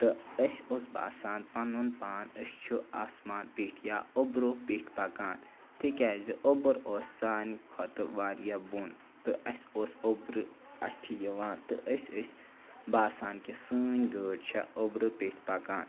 تہٕ اَسہِ اوس باسان پَنُن پان أسۍ چھِ آسمان پیٚٹھ یا اوٚبرو پیٚٹھ پَکان تِکیٛازِ اوٚبُر اوس سانہِ کھۄتہٕ واریاہ بۄن تہٕ اَسہِ اوس اوٚبرٕ اَتھِ یِوان تہٕ أسۍ ٲسۍ باسان کہِ سٲنۍ گٲڑۍ چھےٚ اوٚبرٕ پیٚٹھۍ پَکان